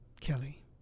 Kelly